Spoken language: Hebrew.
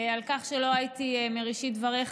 על כך שלא הייתי מראשית דבריך.